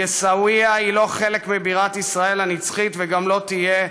עיסאוויה היא לא חלק מבירת ישראל הנצחית וגם לא תהיה,